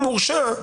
והמורשע.